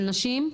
של נשים?